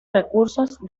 recursos